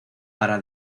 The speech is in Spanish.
para